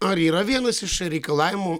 ar yra vienas iš reikalavimų